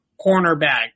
cornerback